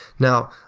now,